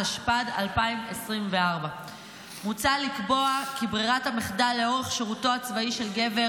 התשפ"ד 2024. מוצע לקבוע כי ברירת המחדל לאורך שירותו הצבאי של גבר